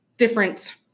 Different